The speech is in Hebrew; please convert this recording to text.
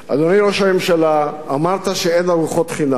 אדוני ראש הממשלה, אמרת שאין ארוחות חינם,